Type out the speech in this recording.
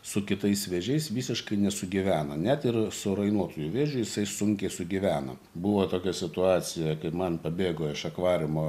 su kitais vėžiais visiškai nesugyvena net ir su rainuotoju vėžiu jisai sunkiai sugyvena buvo tokia situacija kaip man pabėgo iš akvariumo